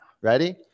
ready